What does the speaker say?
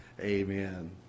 Amen